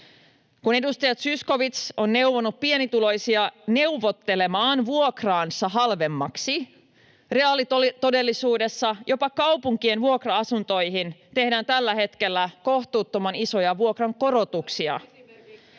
Kun edustaja Zyskowicz on neuvonut pienituloisia neuvottelemaan vuokraansa halvemmaksi, reaalitodellisuudessa jopa kaupunkien vuokra-asuntoihin tehdään tällä hetkellä kohtuuttoman isoja vuokrankorotuksia.